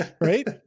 right